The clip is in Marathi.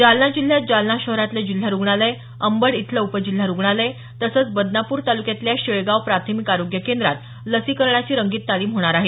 जालना जिल्ह्यात जालना शहरातलं जिल्हा रुग्णालय अंबड इथलं उप जिल्हा रुग्णालय तसंच बदनापूर तालुक्यातल्या शेळगाव प्राथमिक आरोग्य केंद्रात लसीकरणाची रंगीत तालीम होणार आहे